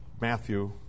Matthew